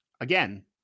again